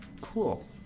Cool